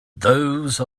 those